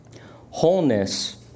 Wholeness